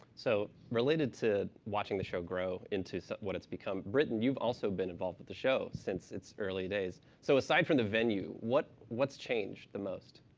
so related to watching the show grow into what it's become, brittain, you've also been involved with the show since its early days. so aside from the venue, what's changed the most?